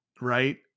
Right